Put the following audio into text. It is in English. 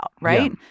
right